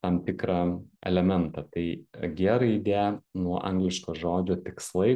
tam tikrą elementą tai gie raidė nuo angliško žodžio tikslai